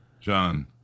John